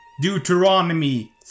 Deuteronomy